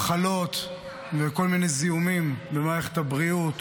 במחלות וכל מיני זיהומים במערכת הבריאות.